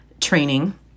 training